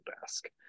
desk